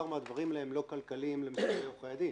מהדברים האלה הם לא כלכליים לעורכי הדין.